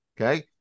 okay